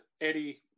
Eddie